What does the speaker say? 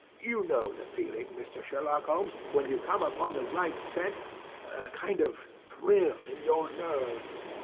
you know the feeling, mr. sherlock holmes, when you come upon the right scent a kind of thrill in your nerves.